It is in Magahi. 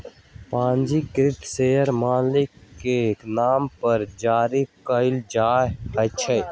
पंजीकृत शेयर मालिक के नाम पर जारी कयल जाइ छै